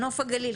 נוף-הגליל,